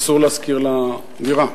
אסור להשכיר לה דירה.